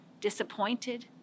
disappointed